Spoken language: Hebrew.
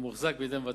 המוחזק בידי מבטח.